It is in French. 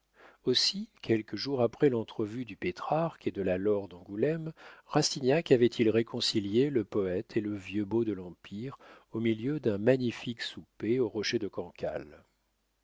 aussi quelques jours après l'entrevue du pétrarque et de la laure d'angoulême rastignac avait-il réconcilié le poète et le vieux beau de l'empire au milieu d'un magnifique souper au rocher de cancale